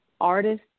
artist